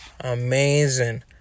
Amazing